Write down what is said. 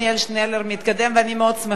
אבל מעניין שעד שלא הגשתי חוק,